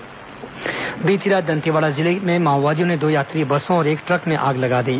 माओवादी वारदात बीती रात दंतेवाड़ा जिले में माओवादियों ने दो यात्री बसों और एक ट्रक में आग लगा दी